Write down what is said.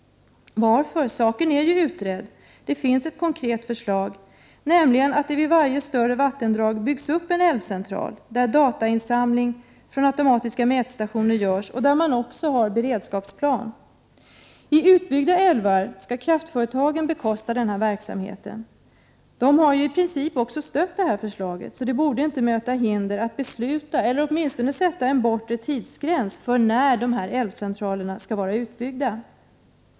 Varför? Saken är ju utredd, det finns ett konkret förslag, nämligen att det vid varje större vattendrag byggs upp en älvcentral, där datainsamling från automatiska mätstationer görs och där man också har en beredskapsplan. I utbyggda älvar skall kraftföretagen bekosta denna verksamhet. De har i princip också stött förslaget, så det borde inte möta hinder att besluta om eller åtminstone sätta en bortre tidsgräns för när dessa älvcentraler skall vara utbyggda.